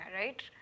right